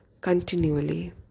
continually